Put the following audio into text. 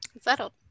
Settled